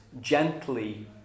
gently